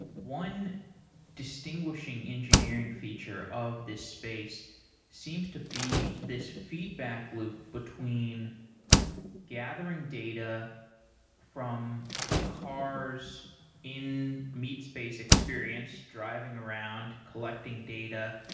one distinguishing engineering feature of this space seems to be this feedback loop between gathering data from a car s in meatspace experience, driving around, collecting data.